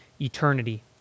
eternity